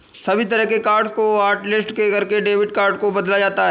सभी तरह के कार्ड्स को हाटलिस्ट करके डेबिट कार्ड को बदला जाता है